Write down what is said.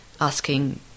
asking